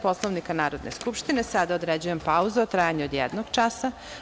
Poslovnika Narodne skupštine, sada određujem pauzu u trajanju od jednog časa.